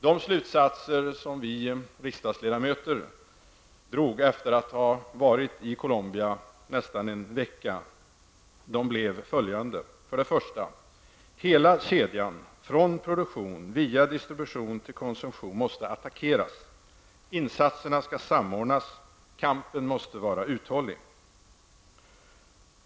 De slutsatser som vi riksdagsledamöter drog efter att ha varit i Colombia under nästan en vecka blev följande. För det första måste hela kedjan från produktion via distribution till konsumtion attackeras. Insatserna skall samordnas. Kampen måste vara uthållig.